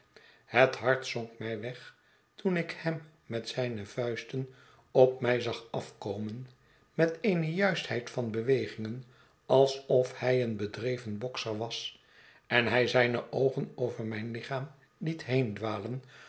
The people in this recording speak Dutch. het hart zonk mij weg toen ik hem met zijne vuisten op mij zag afkomen met eene juistheid van bewegingen alsof hij een bedreven bokser was en hij zijne oogen over mijn lichaam liet